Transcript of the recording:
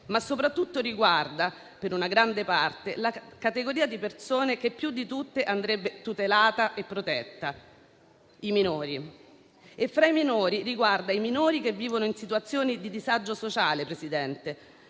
ma soprattutto riguarda per una grande parte la categoria di persone che più di tutte andrebbe tutelata e protetta - i minori - e fra i minori riguarda quelli che vivono in situazioni di disagio sociale, disagio